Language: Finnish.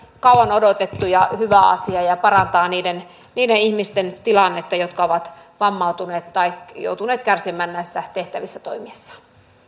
kauan odotettu ja on hyvä asia ja ja parantaa niiden niiden ihmisten tilannetta jotka ovat vammautuneet tai joutuneet kärsimään näissä tehtävissä toimiessaan